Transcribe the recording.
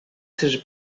seja